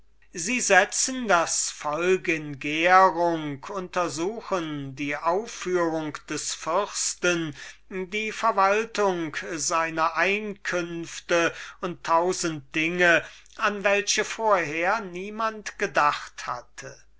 nutze setzen das volk in gärung untersuchen eure aufführung die verwaltung eurer einkünfte und tausend dinge an welche vorher niemand gedacht hatte